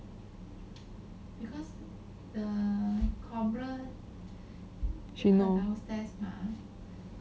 she knows